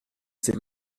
c’est